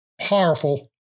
powerful